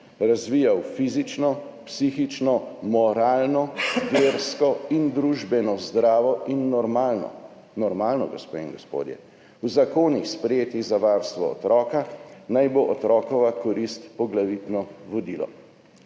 razvijal fizično, psihično, moralno, versko in družbeno zdravo in normalno.« Normalno, gospe in gospodje. »V zakonih, sprejetih za varstvo otroka, naj bo otrokova korist poglavitno vodilo.«